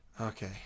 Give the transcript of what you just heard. Okay